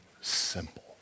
simple